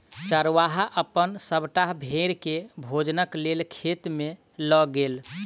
चरवाहा अपन सभटा भेड़ के भोजनक लेल खेत में लअ गेल